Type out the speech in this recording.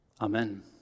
Amen